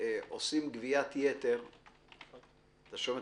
שעושים גביית-יתר מלקוחות: